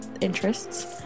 interests